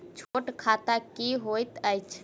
छोट खाता की होइत अछि